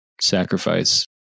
sacrifice